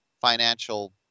financial